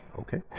Okay